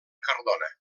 cardona